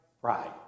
pride